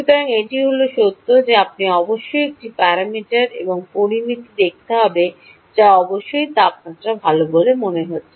সুতরাং এটি হল সত্য যে আপনি অবশ্যই একটি প্যারামিটার এবং সেই পরামিতিটি দেখতে হবে তা অবশ্যই তাপমাত্রা ভাল বলে মনে হচ্ছে